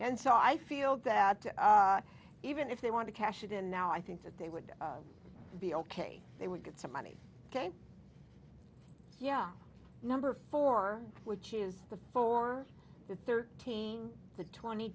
and so i feel that even if they want to cash it in now i think that they would be ok they would get some money ok yeah number four which is the for the thirteen to twenty